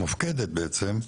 מופקדת בעצם,